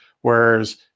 Whereas